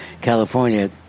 California